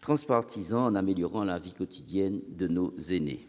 transpartisan, en améliorant la vie quotidienne de nos aînés.